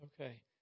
okay